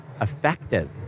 effective